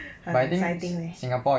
funny leh